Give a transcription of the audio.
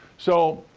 so,